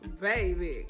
Baby